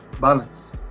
balance